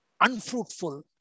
unfruitful